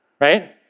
right